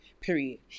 period